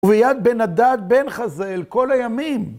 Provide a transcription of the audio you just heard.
וביד בן אדד, בן חזהאל, כל הימים.